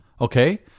Okay